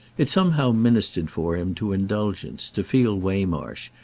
it somehow ministered for him to indulgence to feel waymarsh,